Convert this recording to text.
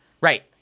Right